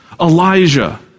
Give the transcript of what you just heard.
Elijah